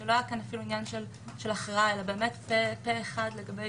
היא לא היה כאן עניין של הכרעה אלא פה אחד לכל